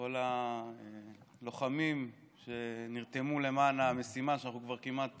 כל הלוחמים שנרתמו למען המשימה שאנחנו כבר כמעט